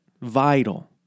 vital